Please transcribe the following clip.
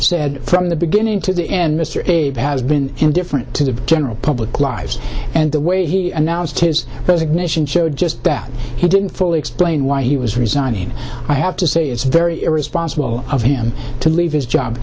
said from the beginning to the end mr has been indifferent to the general public lives and the way he announced his resignation showed just that he didn't fully explain why he was resigning i have to say it's very irresponsible of him to leave his job